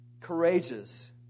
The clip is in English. Courageous